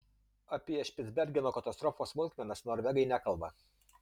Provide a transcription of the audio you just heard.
apie špicbergeno katastrofos smulkmenas norvegai nekalba